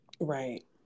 Right